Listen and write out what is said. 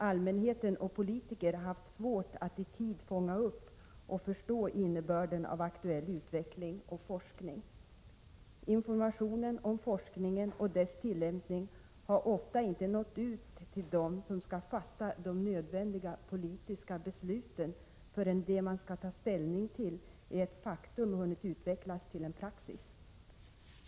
Allmänhet och politiker har haft svårt att i tid fånga upp och förstå innebörden av aktuell utveckling och forskning. Informationen om forskningen och dess tillämpning har ofta inte nått ut till dem som skall fatta de nödvändiga politiska besluten förrän det man skall ta ställning till är ett faktum och hunnit utvecklas till praxis.